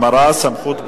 חברי